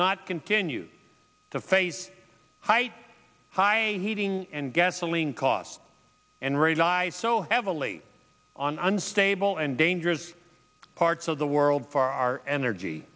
not continue to face high high heating and gasoline costs and relies so heavily on unstable and dangerous parts of the world for our energy